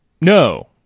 No